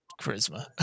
charisma